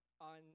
on